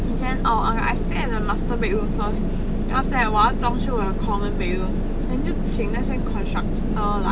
以前 orh ah I I start the master bedroom first then after that 我要装修我的 common bedroom then 就请那些 constructor 来